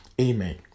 Amen